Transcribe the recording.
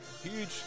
huge